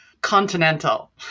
continental